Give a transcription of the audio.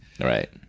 Right